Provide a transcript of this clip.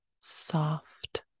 soft